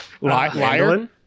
Liar